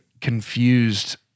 confused